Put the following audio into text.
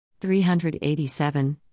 387